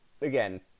again